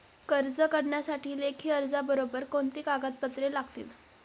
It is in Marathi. कर्ज करण्यासाठी लेखी अर्जाबरोबर कोणती कागदपत्रे लागतील?